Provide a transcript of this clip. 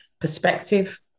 perspective